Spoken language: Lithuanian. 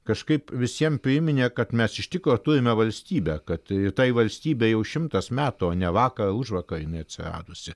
kažkaip visiem priminė kad mes iš tikro turime valstybę kad tai valstybei jau šimtas metų o ne vakar užvakar jinai atsiradusi